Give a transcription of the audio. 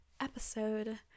episode